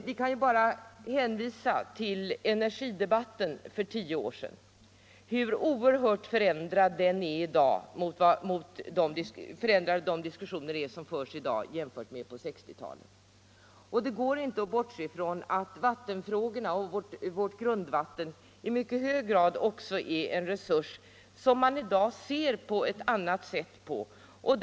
Vi kan ju bara hänvisa till energidebatten för tio år sedan och till hur oerhört förändrade de diskussioner som förs i dag är jämfört med dem som fördes på 1960-talet. Det går inte att bortse från att grundvatten i mycket hög grad är en resurs som man i dag betraktar på ett annat sätt än tidigare.